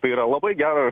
tai yra labai gera